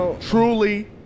Truly